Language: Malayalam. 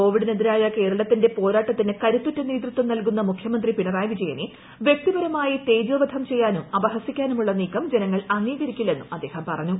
കോവിഡിനെതിരായ കേരളത്തിന്റെ പോരാട്ടത്തിന് കരുത്തുറ്റ നേതൃത്വം നെൽക്കുന്ന മുഖൃമന്ത്രി പിണറായി വിജയനെ വൃക്തിപരമായി തേജോ്വധം ചെയ്യാനും അപഹസിക്കാനുമുള്ള നീക്കം ജനങ്ങൾ അംഗീകരിക്കില്ലെന്നും അദ്ദേഹം പറഞ്ഞു